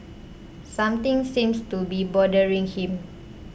something seems to be bothering him